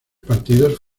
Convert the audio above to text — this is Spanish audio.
partidos